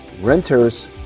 renters